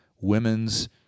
women's